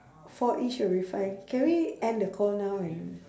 for each a refund can we end the call now and